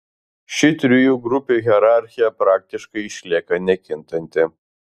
ši trijų grupių hierarchija praktiškai išlieka nekintanti